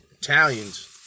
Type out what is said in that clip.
Italians